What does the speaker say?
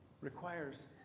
requires